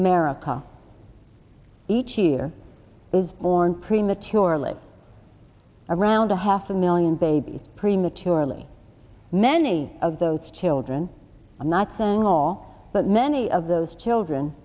america each year was born prematurely around half a million babies prematurely many of those children i'm not saying all but many of those children